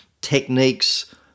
techniques